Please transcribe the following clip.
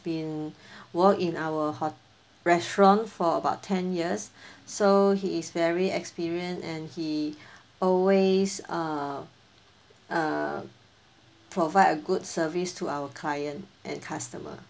been work in our hot~ restaurant for about ten years so he is very experience and he always err err provide a good service to our client and customer